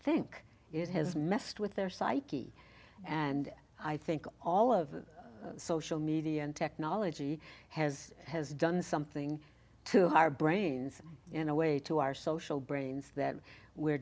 think it has messed with their psyche and i think all of the social media and technology has has done something to our brains in a way to our social brains that we